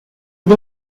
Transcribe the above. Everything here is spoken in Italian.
dei